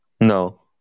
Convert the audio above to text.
No